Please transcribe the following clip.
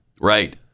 Right